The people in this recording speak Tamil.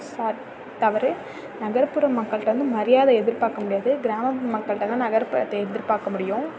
சாரி தவறு நகர்ப்புற மக்கள்ட்ட வந்து மரியாதை எதிர்பார்க்க முடியாது கிராமப்புற மக்கள்ட்ட தான் நகர்புறத்தை எதிர்பார்க்க முடியும்